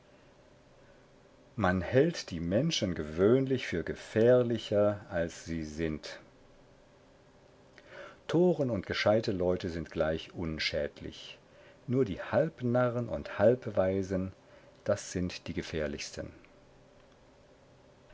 man hält die menschen gewöhnlich für gefährlicher als sie sind toren und gescheite leute sind gleich unschädlich nur die halbnarren und halbweisen das sind die gefährlichsten